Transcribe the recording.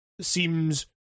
seems